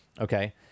Okay